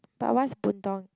but what's